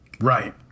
Right